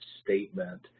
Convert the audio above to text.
statement